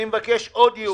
אני מבקש עוד ייעוץ משפטי.